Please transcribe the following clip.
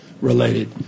related